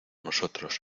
nosotros